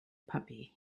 puppy